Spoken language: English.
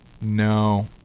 No